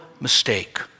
mistake